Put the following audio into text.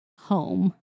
home